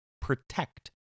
protect